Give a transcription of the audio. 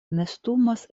nestumas